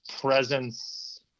presence